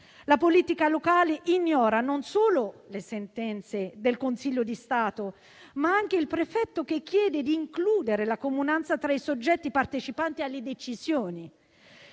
La politica locale ignora non solo le sentenze del Consiglio di Stato, ma anche il prefetto, che chiede di includere la Comunanza agraria tra i soggetti partecipanti alle decisioni.